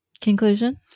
Conclusion